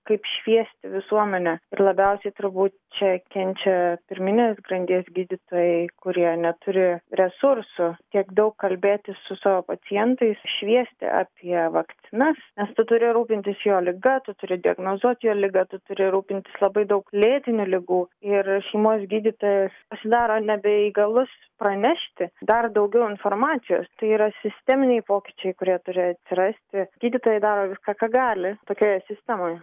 kaip šviesti visuomenę ir labiausiai turbūt čia kenčia pirminės grandies gydytojai kurie neturi resursų tiek daug kalbėti su savo pacientais šviesti apie vakcinas nes tu turi rūpintis jo liga tu turi diagnozuot jo ligą tu turi rūpintis labai daug lėtinių ligų ir šeimos gydytojas pasidaro nebeįgalus pranešti dar daugiau informacijos tai yra sisteminiai pokyčiai kurie turi atsirasti gydytojai daro viską ką gali tokioje sistemoj